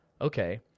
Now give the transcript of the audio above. Okay